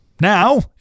Now